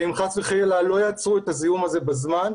אם חס וחלילה לא יעצרו את הזיהום הזה בזמן,